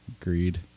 Agreed